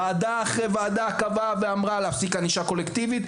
ועד אחרי ועדה אחרי ועדה קבעה ואמרה להפסיק ענישה קולקטיבית?